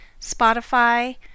Spotify